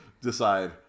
decide